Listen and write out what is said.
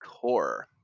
core